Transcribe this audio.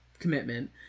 commitment